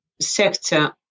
sector